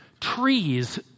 trees